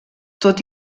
tot